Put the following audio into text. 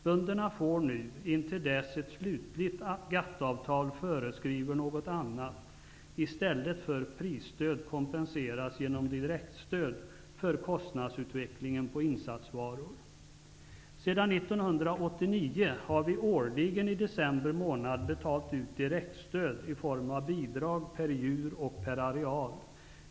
Bönderna får nu -- intill dess ett slutligt GATT-avtal föreskriver något annat -- i stället för prisstöd kompenseras genom direktstöd för kostnadsutvecklingen på insatsvaror. Sedan 1989 har vi årligen i december månad betalat ut direktstöd i form av bidrag per djur och per areal.